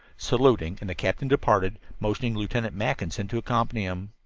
saluting, and the captain departed, motioning lieutenant mackinson to accompany him.